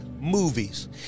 movies